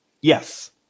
Yes